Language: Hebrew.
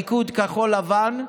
הליכוד וכחול לבן,